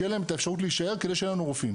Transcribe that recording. שתהיה להם את האפשרות להישאר כדי שיהיה לנו רופאים.